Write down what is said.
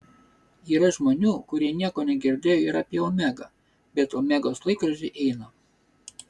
yra žmonių kurie nieko negirdėjo ir apie omegą bet omegos laikrodžiai eina